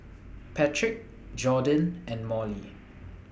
Patric Jordin and Molly